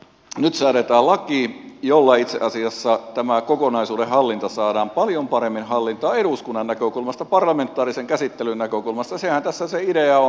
nyt säädetään laki jolla itse asiassa tämä kokonaisuus saadaan paljon paremmin hallintaan eduskunnan näkökulmasta parlamentaarisen käsittelyn näkökulmasta sehän tässä se idea on